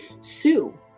sue